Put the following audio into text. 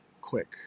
quick